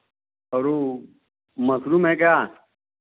और वह मशरूम है क्या